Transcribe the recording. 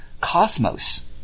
cosmos